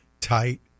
tight